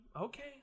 Okay